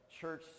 church